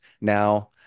now